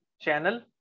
channel